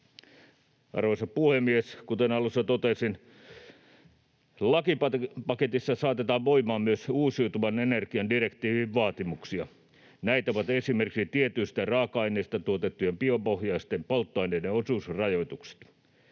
Arvoisa puhemies! Kuten alussa totesin, lakipaketissa saatetaan voimaan myös uusiutuvan energian direktiivin vaatimuksia. Näitä ovat esimerkiksi tietyistä raaka-aineista tuotettujen biopohjaisten polttoaineiden osuusrajoitukset.